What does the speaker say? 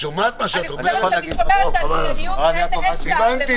אני חושבת שאני שומרת על ענייניות --- הבנתי,